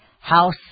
House